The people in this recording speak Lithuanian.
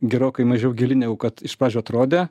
gerokai mažiau gili negu kad iš pradžių atrodė